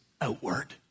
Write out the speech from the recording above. outward